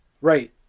Right